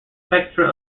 spectra